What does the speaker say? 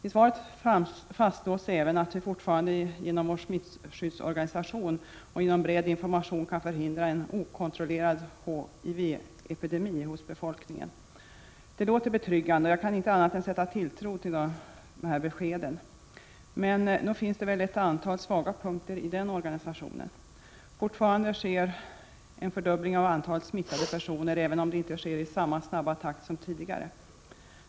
I svaret fastslås även att vi fortfarande genom vår smittskyddsorganisation och genom bred information kan förhindra en okontrollerad HIV-epidemi hos befolkningen. Det låter betryggande, och jag kan inte annat än sätta tilltro till beskeden. Men nog finns det väl ett antal svaga punkter i organisationen. Fortfarande sker det en fördubbling av antalet smittade personer, även om det inte sker i samma snabba takt som tidigare.